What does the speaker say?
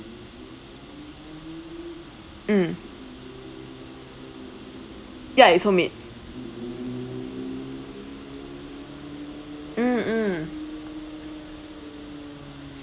mm ya it's homemade mm mm